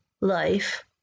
life